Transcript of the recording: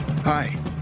hi